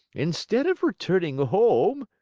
instead of returning home,